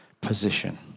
position